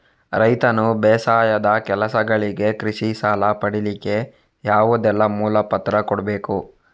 ರೈತನು ಬೇಸಾಯದ ಕೆಲಸಗಳಿಗೆ, ಕೃಷಿಗೆ ಸಾಲ ಪಡಿಲಿಕ್ಕೆ ಯಾವುದೆಲ್ಲ ಮೂಲ ಪತ್ರ ಕೊಡ್ಬೇಕು?